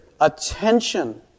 attention